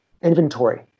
inventory